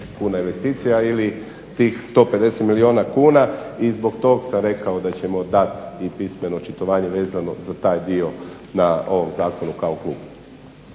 kuna investicija ili tih 150 milijuna kuna i zbog tog sam rekao da ćemo dat i pismeno očitovanje vezano za taj dio na ovom zakonu kao klub.